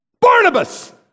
Barnabas